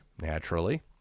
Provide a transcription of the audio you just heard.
naturally